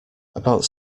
about